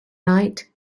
night